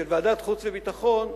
של ועדת החוץ והביטחון,